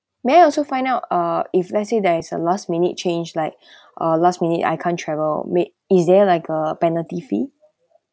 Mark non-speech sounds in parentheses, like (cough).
may I also find out uh if let's say there is a last minute change like (breath) uh last minute I can't travel made is there like a penalty fee